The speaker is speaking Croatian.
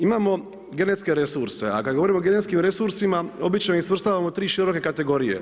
Imamo genetske resurse a kad govorimo o genetskim resursima, obično ih svrstavamo u 3 široke kategorije.